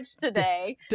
today